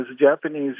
Japanese